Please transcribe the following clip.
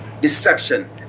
Deception